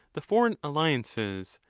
the foreign alliances,